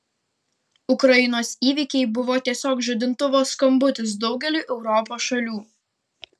ukrainos įvykiai buvo tiesiog žadintuvo skambutis daugeliui europos šalių